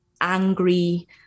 angry